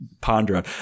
ponder